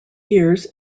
years